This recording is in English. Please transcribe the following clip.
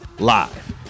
Live